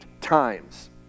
times